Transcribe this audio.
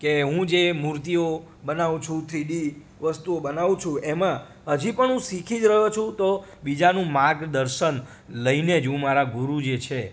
કે હું જે મૂર્તિઓ બનાવું છું થ્રીડી વસ્તુઓ બનાવું છું એમા હજી પણ હું શીખી જ રહ્યો છું તો બીજાનું માર્ગ દર્શન લઈને જ હું મારા ગુરુ જે છે